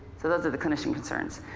so those are the clinician's concerns.